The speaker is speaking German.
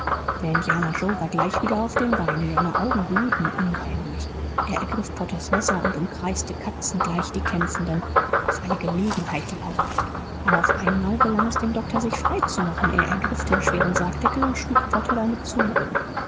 der indianer joe war gleich wieder auf den beinen seine augen glühten unheimlich er ergriff potters messer und umkreiste katzengleich die kämpfenden auf eine gelegenheit lauernd aber auf einmal gelang es dem doktor sich freizumachen er ergriff den schweren sargdeckel und schlug potter damit zu boden